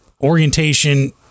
orientation